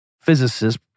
physicist